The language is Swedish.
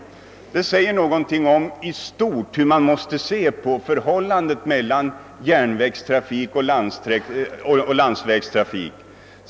Det säger någonting om hur man i stort måste se på förhållandet mellan järnvägstrafik och landsvägstrafik.